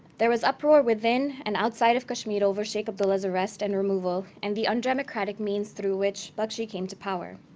there was uproar within and outside of kashmir over sheikh abdullah's arrest and removal and the undemocratic means through which bakshi came to power.